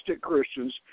Christians